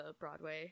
broadway